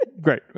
Great